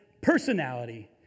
personality